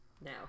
now